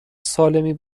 سالمی